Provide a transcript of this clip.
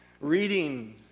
reading